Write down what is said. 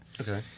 Okay